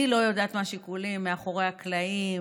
אני לא יודעת מה השיקולים מאחורי הקלעים